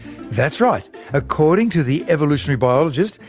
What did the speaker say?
that's right according to the evolutionary biologist,